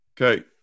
Okay